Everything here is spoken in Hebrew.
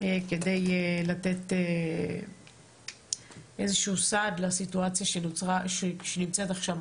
כדי לתת איזשהו סעד לסיטואציה שנמצאת עכשיו,